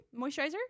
moisturizer